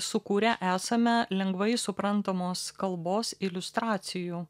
sukūrę esame lengvai suprantamos kalbos iliustracijų